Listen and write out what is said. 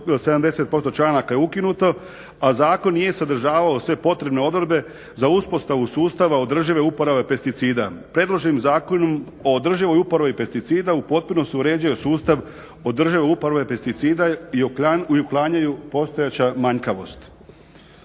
70% članaka je ukinuto, a zakon nije sadržavao sve potrebne odredbe za uspostavu sustava održive uporabe pesticida. Predloženim zakonom o održivoj uporabi pesticida u potpunosti se uređuje sustav održive uporabe pesticida i uklanja postojeća manjkavost.